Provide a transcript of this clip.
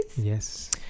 yes